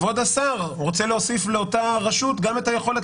כבוד השר רוצה להוסיף לאותה רשות גם את היכולת